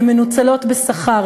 הן מנוצלות בשכר,